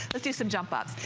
let's do some jump ups.